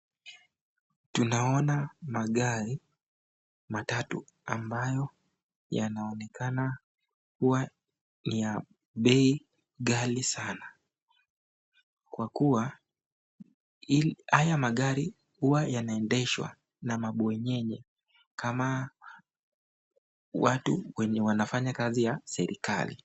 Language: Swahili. Tunaona magari matatu ambayo yanaonekana huwa ni ya bei ghali sana kwa kuwa haya magari huwa yanaendeshwa na mabwenyenye kama watu wenye wanafanya kazi ya serikali.